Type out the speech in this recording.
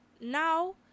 Now